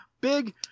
big